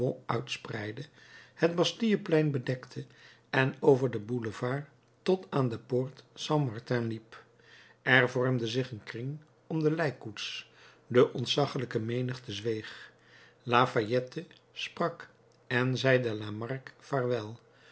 uitspreidde het bastilleplein bedekte en over den boulevard tot aan de poort st martin liep er vormde zich een kring om de lijkkoets de ontzaggelijke menigte zweeg lafayette sprak en zeide lamarque